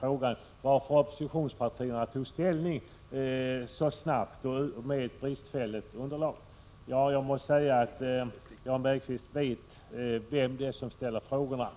frågar varför vi från oppositionens sida så snabbt och dessutom med utgångspunkt i ett så bristfälligt underlag tog ställning. Jag måste då svara: Jan Bergqvist vet vem det är som ställer frågorna.